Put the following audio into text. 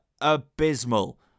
abysmal